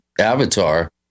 avatar